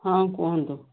ହଁ କୁହନ୍ତୁ